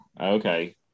okay